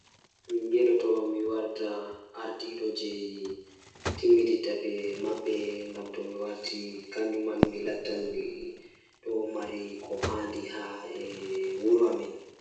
Mi yeloto mi tawii miɗo waɗa jaɓde kala ngal ɗiɗi, mi waɗataa jaɓde waɗude hakiliɓe ɗiɗi, ndee o waɗataa miɗo njahata njiddude moƴƴaare ngam ngal sagoje. Nde o waɗataa miɗo njammbude fiyaangu ngam waɗude ɗe goɗɗe, miɗo waɗataa waawi nafoore jooɗude.